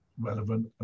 relevant